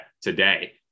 today